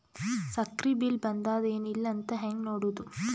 ಸಕ್ರಿ ಬಿಲ್ ಬಂದಾದ ಏನ್ ಇಲ್ಲ ಅಂತ ಹೆಂಗ್ ನೋಡುದು?